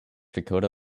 dakota